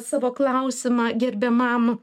savo klausimą gerbiamam